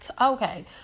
Okay